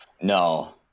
No